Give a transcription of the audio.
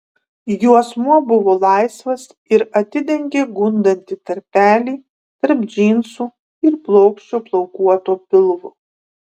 juosmuo buvo laisvas ir atidengė gundantį tarpelį tarp džinsų ir plokščio plaukuoto pilvo